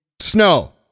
snow